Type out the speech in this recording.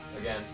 again